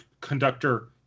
conductor